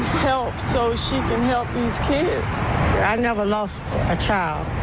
help so she can help these kids. i never lost a child.